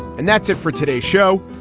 and that's it for today's show.